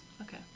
Okay